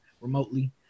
remotely